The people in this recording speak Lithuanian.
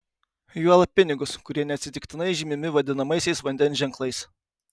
juolab pinigus kurie neatsitiktinai žymimi vadinamaisiais vandens ženklais